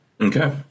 okay